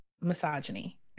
misogyny